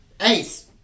Ace